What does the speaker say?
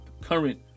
current